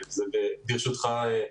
ברשותך,